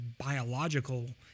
biological